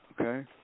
okay